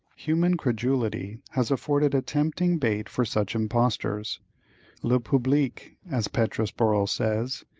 human credulity has afforded a tempting bait for such impostors le public, as petrus borel says,